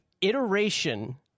iteration